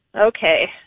Okay